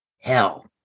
Hell